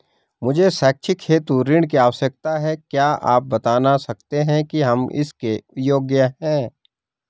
मुझे शैक्षिक हेतु ऋण की आवश्यकता है क्या आप बताना सकते हैं कि हम इसके योग्य हैं?